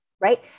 Right